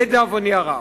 לדאבוני הרב,